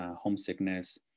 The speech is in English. homesickness